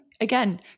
again